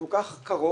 כל כך קרוב,